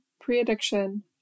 Pre-Addiction